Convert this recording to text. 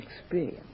experience